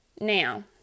Now